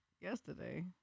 Yesterday